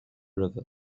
river